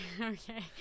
okay